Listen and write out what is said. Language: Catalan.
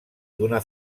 d’una